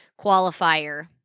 qualifier